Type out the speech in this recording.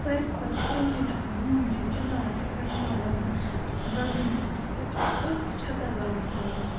ساروی کھۄتہٕ پرٛٲنۍ اَکھ بوٗنۍ چھےٚ چِنار چھےٚ سۄ چھِ یِوان لَبنہٕ بَڈگٲمۍ ڈِسٹِرٛکِس أتھۍ چھتَر گامَس منٛز